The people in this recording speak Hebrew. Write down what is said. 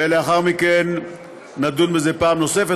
ולאחר מכן נדון בזה פעם נוספת,